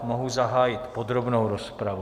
Mohu zahájit podrobnou rozpravu.